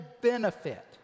benefit